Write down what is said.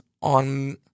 on